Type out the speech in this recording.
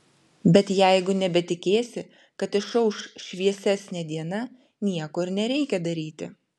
bet jeigu nebetikėsi kad išauš šviesesnė diena nieko ir nereikia daryti